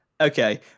Okay